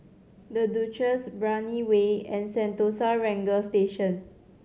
The Duchess Brani Way and Sentosa Ranger Station